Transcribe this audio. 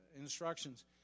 instructions